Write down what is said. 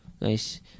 Nice